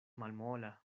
malmola